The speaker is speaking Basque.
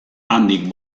handik